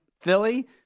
Philly